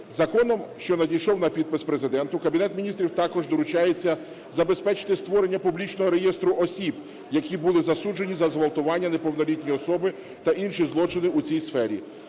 Законом, що надійшов на підпис Президенту, Кабінету Міністрів також доручається забезпечити створення публічного реєстру осіб, які були засуджені за зґвалтування неповнолітньої особи та інші злочини у цій сфері.